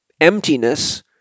emptiness